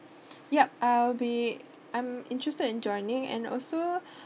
yup I'll be I'm interested in joining and also